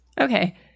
Okay